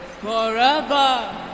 forever